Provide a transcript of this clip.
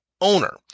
owner